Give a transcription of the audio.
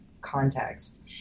context